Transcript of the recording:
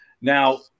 Now